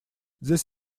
this